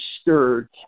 stirred